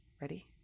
Ready